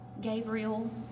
Gabriel